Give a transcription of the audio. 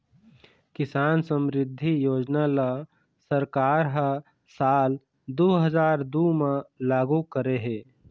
किसान समरिद्धि योजना ल सरकार ह साल दू हजार दू म लागू करे हे